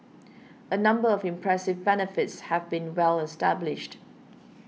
a number of impressive benefits have been well established